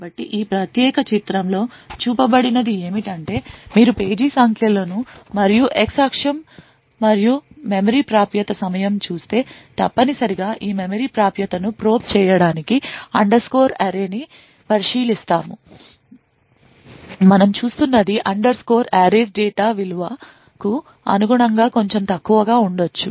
కాబట్టి ఈ ప్రత్యేక చిత్రంలో చూపబడినది ఏమిటంటే మీరు పేజీ సంఖ్య లను మరియు x అక్షం మరియు మెమరీ ప్రాప్యత సమయం చూస్తే తప్పనిసరిగా ఈ మెమరీ ప్రాప్యతను ప్రోబ్ చేయడానికి అండర్ స్కోర్ అర్రేను పరిశీలిస్తాము మనం చూస్తున్నది అండర్ స్కోర్ అర్రేస్ డేటా విలువకు అనుగుణంగా కొంచెం తక్కువగా ఉండవచ్చు